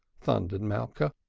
thundered malka.